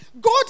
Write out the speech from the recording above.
God